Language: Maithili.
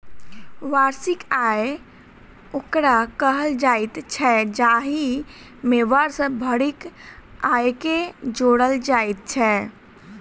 वार्षिक आय ओकरा कहल जाइत छै, जाहि मे वर्ष भरिक आयके जोड़ल जाइत छै